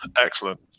Excellent